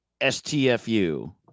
STFU